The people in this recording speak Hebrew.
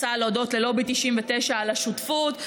אני רוצה להודות ללובי 99 על השותפות,